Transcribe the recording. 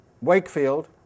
Wakefield